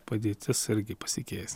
padėtis irgi pasikeis